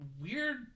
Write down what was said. weird